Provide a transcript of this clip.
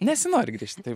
nesinori grįžti taip